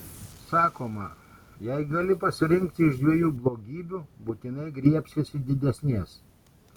sakoma jei gali pasirinkti iš dviejų blogybių būtinai griebsiesi didesnės